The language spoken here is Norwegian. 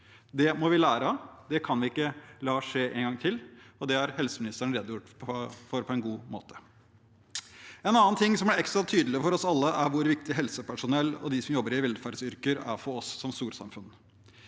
Det må vi lære av. Det kan vi ikke la skje en gang til, og det har helseministeren redegjort for på en god måte. Noe annet som ble ekstra tydelig for oss alle, er hvor viktig helsepersonell og de som jobber i velferdsyrker, er for oss som storsamfunn.